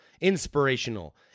inspirational